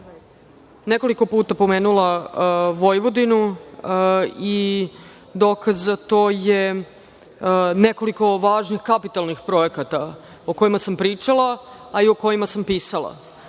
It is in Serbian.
nekoliko puta pomenula Vojvodinu i dokaz za to je nekoliko važnih kapitalnih projekata o kojima sam pričala, a i o kojima sam pisala.